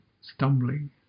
stumbling